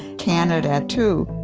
canada too,